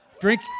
Drink